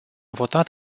votat